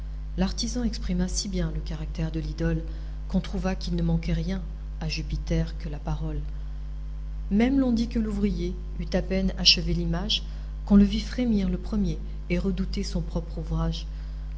l'artisan exprima si bien le caractère de l'idole qu'on trouva qu'il ne manquait rien à jupiter que la parole même l'on dit que l'ouvrier eut à peine achevé l'image qu'on le vit frémir le premier et redouter son propre ouvrage